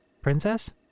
Princess